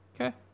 Okay